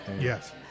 Yes